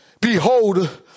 Behold